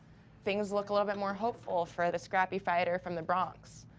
things look a little bit more hopeful for the scrappy fighter from the bronx.